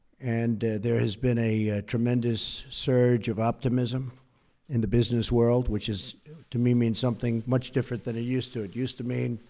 and there has been a tremendous surge of optimism in the business world, which is to me means something much different than it used to. it used to mean,